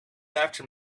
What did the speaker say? after